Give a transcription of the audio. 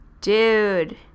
Dude